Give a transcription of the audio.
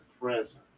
present